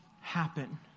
happen